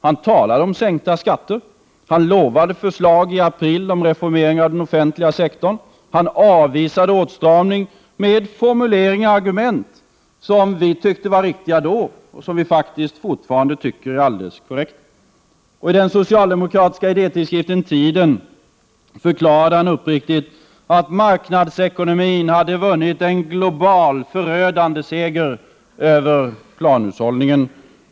Han talade om sänkta skatter. Han lovade förslag i april om reformeringen av den offentliga sektorn. Han avvisade åtstramning med formuleringar och argument, som vi tyckte var riktiga då och som vi faktiskt fortfarande tycker är alldeles korrekta. I den socialdemokratiska tidskriften Tiden förklarade han uppriktigt att marknadsekonomin hade vunnit en global och förödande seger över planhushållningen.